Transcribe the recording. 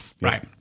Right